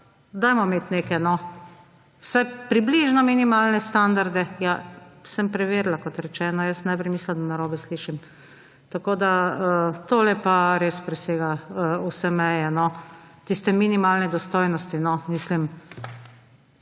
Dajmo imet neke, vsaj približno minimalne standarde… Ja, sem preverila, kot rečeno, jaz sem najprej mislila, da narobe slišim. Tako da, tole pa res presega vse meje, no, tiste male dostojnost, no… Mislim,